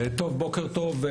בוקר טוב.